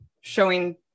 showing